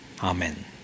Amen